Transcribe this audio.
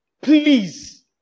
Please